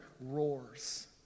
roars